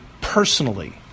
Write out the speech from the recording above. personally